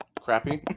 Crappy